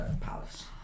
Palace